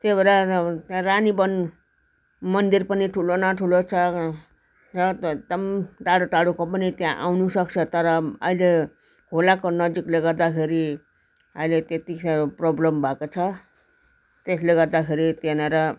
त्यो भएर रानीवन मन्दिर पनि ठुलो न ठुलो छ र त एकदम टाढो टाढोको पनि त्यहाँ आउनु सक्छ तर अहिले खोलाको नजिकले गर्दाखेरि अहिले त्यति साह्रो प्रोब्लम भएको छ त्यसले गर्दाखेरि त्यहाँनिर